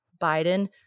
Biden